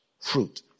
fruit